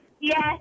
Yes